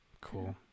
cool